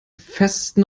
festen